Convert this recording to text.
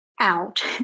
out